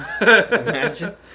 Imagine